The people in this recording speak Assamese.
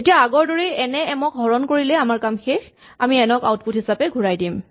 এতিয়া আগৰদৰেই এন এ এম ক হৰণ কৰিলে আমাৰ কাম শেষ আমি এন ক আউটপুট হিচাপে ঘূৰাই দিম